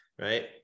right